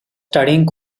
studying